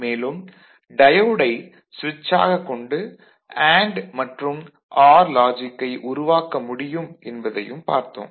மேலும் டயோடை சுவிட்ச் ஆக கொண்டு அண்டு மற்றும் ஆர் லாஜிக்கை உருவாக்க முடியும் என்பதையும் பார்த்தோம்